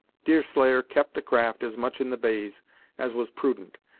deerslayer kept the craft as much in the bays as was prudent,